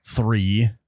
Three